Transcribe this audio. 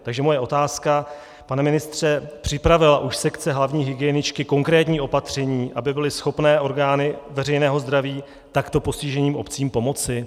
Takže moje otázka: Pane ministře, připravila už sekce hlavní hygieničky konkrétní opatření, aby byly schopny orgány veřejného zdraví takto postiženým obcím pomoci?